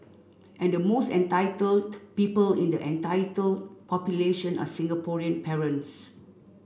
and the most entitled people in the entitled population are Singaporean parents